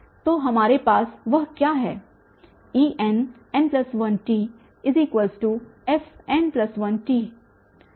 तो हमारे पास वह क्या है Enn1tfn1t